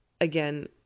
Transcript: again